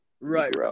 right